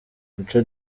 mico